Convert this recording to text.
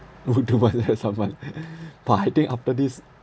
go do violent hurt someone but I think after this